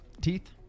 Teeth